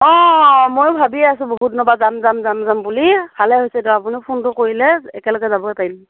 অ ময়ো ভাবি আছোঁ বহুত দিনৰ পৰা যাম যাম যাম বুলি ভালে হ'ল দিয়ক আপুনি ফোনটো কৰিলে একেলগে যাবলৈ পাৰিম